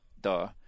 duh